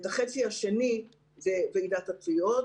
והחצי השני ממומן על ידי ועידת התביעות.